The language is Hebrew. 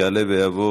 יעלה ויבוא